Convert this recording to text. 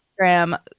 instagram